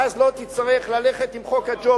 ואז לא תצטרך ללכת עם חוק הג'ובים,